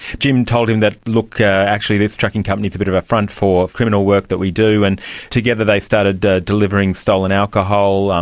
jim told him that, look, actually this trucking company is a bit of a front for criminal work that we do and together they started delivering stolen alcohol, um